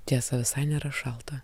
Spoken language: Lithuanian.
tiesa visai nėra šalta